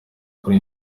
kuri